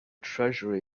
treasure